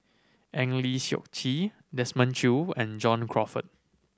Eng Lee Seok Chee Desmond Choo and John Crawfurd